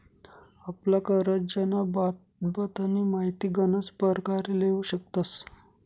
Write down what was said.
आपला करजंना बाबतनी माहिती गनच परकारे लेवू शकतस